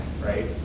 right